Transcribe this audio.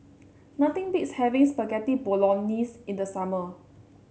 nothing beats having Spaghetti Bolognese in the summer